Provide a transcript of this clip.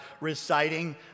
reciting